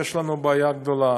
יש לנו בעיה גדולה.